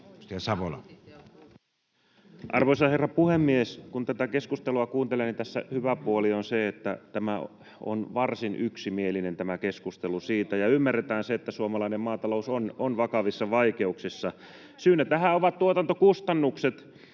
Arvoisa herra puhemies! Kun tätä keskustelua kuuntelee, niin tässä hyvä puoli on se, että tämä keskustelu on varsin yksimielinen siitä ja ymmärretään se, että suomalainen maatalous on vakavissa vaikeuksissa. [Sanna Antikainen: